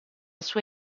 sua